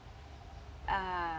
uh